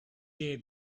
day